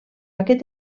aquest